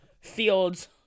Fields